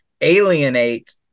alienate